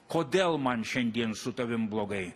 kodėl man šiandien su tavim blogai